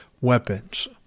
weapons